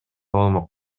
болмок